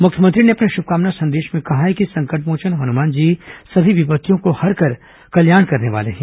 मुख्यमंत्री ने अपने श्भकामना संदेश में कहा है कि संकटमोचन हनुमान जी सभी विपत्तियों को हर कर कल्याण करने वाले हैं